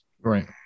Right